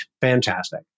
Fantastic